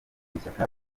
ishyaka